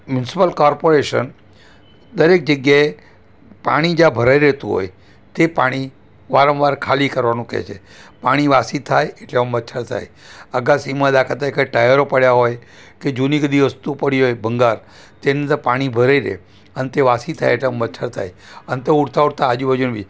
municipal corporation દરેક જગ્યાએ પાણી જ્યાં ભરાઈ રહેતું હોય તે પાણી વારંવાર ખાલી કરવાનું કહે છે પાણી વાસી થાય એટલે એમાં મચ્છર થાય અગાશીમાં દાખલા તરીકે ટાયરો પડ્યાં હોય કે જૂની બધી વસ્તુ પડી હોય ભંગાર તેને લીધે પાણી ભરાઈ રહે અંતે વાસી થાય એટલે આ મચ્છર થાય અંતે ઉડતા ઉડતા આજુબાજુનાં